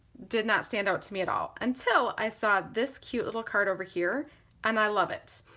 did not stand out to me at all until i saw this cute little card over here and i love it!